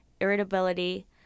irritability